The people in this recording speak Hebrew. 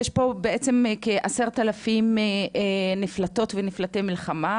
יש פה בעצם כ-10,000 נמלטות ונמלטי מלחמה,